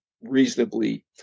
Reasonably